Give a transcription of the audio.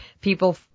people